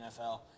NFL